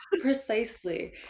Precisely